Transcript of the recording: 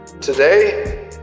Today